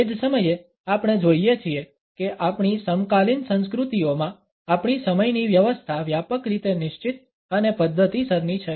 તે જ સમયે આપણે જોઈએ છીએ કે આપણી સમકાલીન સંસ્કૃતિઓમાં આપણી સમયની વ્યવસ્થા વ્યાપક રીતે નિશ્ચિત અને પદ્ધતિસરની છે